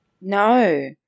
no